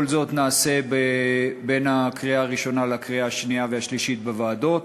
כל זאת נעשה בין הקריאה הראשונה לקריאה השנייה והשלישית בוועדות.